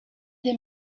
des